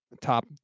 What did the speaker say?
top